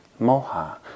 moha